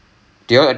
எது:ethu